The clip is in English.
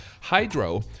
Hydro